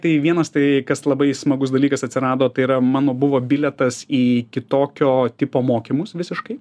tai vienas tai kas labai smagus dalykas atsirado tai yra mano buvo bilietas į kitokio tipo mokymus visiškai